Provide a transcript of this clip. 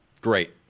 Great